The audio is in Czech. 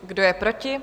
Kdo je proti?